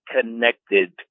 connected